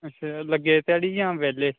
अच्छा अच्छा लगे दे ध्याड़ी जां बैह्ले